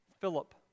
Philip